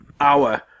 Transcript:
hour